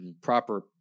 proper